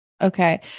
Okay